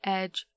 edge